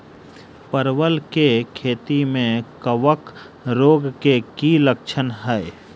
परवल केँ खेती मे कवक रोग केँ की लक्षण हाय?